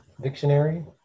dictionary